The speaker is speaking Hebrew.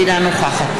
אינה נוכחת